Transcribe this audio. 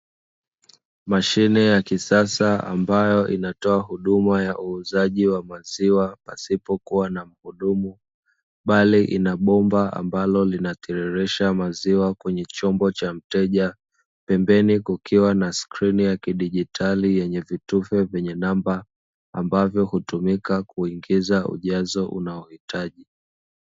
Mashine ya kisasa ambayo inatoa huduma ya uuzaji wa maziwa pasipokuwa na mhudumu. Pale lina bomba ambalo linateremsha maziwa kwenye chombo cha mteja, pembeni kukiwa na skrini ya kidigitali yenye vitufe vyenye namba ambavyo hutumika kuingiza ujazo unaohitaji.